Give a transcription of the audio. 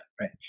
Right